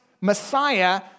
Messiah